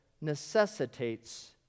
necessitates